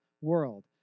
world